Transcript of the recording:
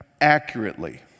accurately